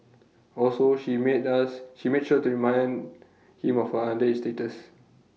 also she made us she made sure to remind him of her underage status